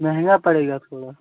महँगा पड़ेगा थोड़ा